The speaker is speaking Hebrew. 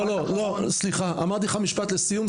לא סליחה, אמרתי לך משפט לסיום.